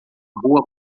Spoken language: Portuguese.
rua